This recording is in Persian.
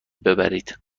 ببرید